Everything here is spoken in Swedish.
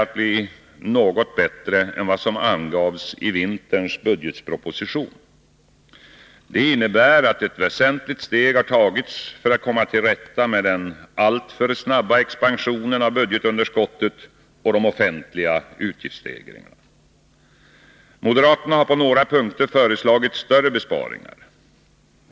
att bli något bättre än vad som angavs i vinterns budgetproposition. Det innebär att ett väsentligt steg tagits för att komma till rätta med den alltför snabba expansionen av budgetunderskottet och de offentliga utgiftsstegringarna. Moderaterna har på några punkter föreslagit större besparingar.